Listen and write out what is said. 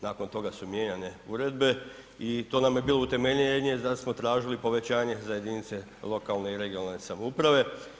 Nakon toga su mijenjane uredbe i to nam je bilo utemeljenje zašto smo tražili povećanje za jedinice lokalne i regionalne samouprave.